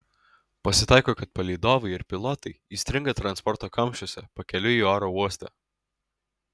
pasitaiko kad palydovai ir pilotai įstringa transporto kamščiuose pakeliui į oro uostą